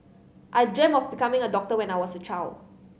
I dreamt of becoming a doctor when I was a child